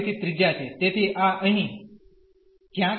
તેથી આ અહીં ક્યાંક હશે